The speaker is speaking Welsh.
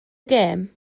gêm